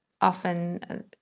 often